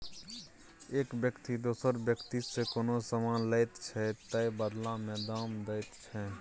एक बेकती दोसर बेकतीसँ कोनो समान लैत छै तअ बदला मे दाम दैत छै